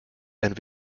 and